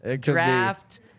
draft